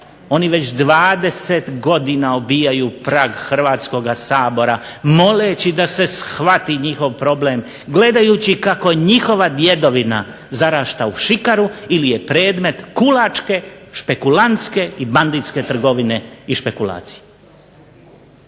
Oni već 20 godina obijaju prag Hrvatskoga sabora moleći da se shvati njihov problem, gledajući kako njihova djedovina zarasta u šikaru ili je predmet kulačke, špekulantske i banditske trgovine i špekulacije.